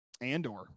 Andor